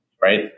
right